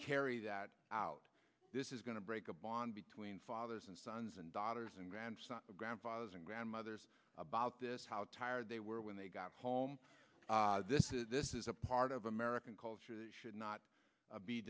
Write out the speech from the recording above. carry that out this is going to break a bond between fathers and sons and daughters and grand grandfathers and grandmothers about this how tired they were when they got home this is this is a part of american culture that should not be